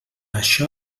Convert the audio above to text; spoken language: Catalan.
això